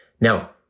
Now